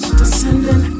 descending